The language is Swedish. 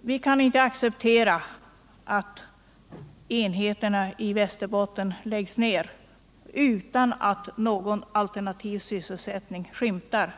Vi kan inte acceptera att enheterna i Västerbotten läggs ned utan att någon alternativ sysselsättning skymtar.